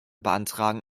beantragen